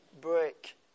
break